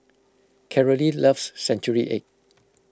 Carolee loves Century Egg